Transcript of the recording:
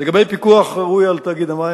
לגבי פיקוח ראוי על תאגיד המים,